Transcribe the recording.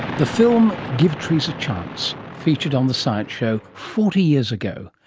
the film give trees a chance, featured on the science show forty years ago.